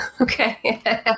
Okay